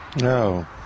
No